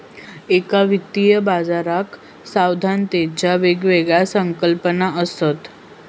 एका वित्तीय बाजाराक सावधानतेच्या वेगवेगळ्या संकल्पना असत